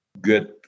good